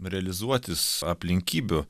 realizuotis aplinkybių